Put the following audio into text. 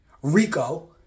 RICO